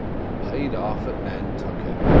and paid off at nantucket.